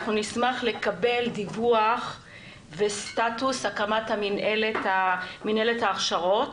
אנחנו נשמח לקבל דיווח וסטטוס הקמת מינהלת ההכשרות.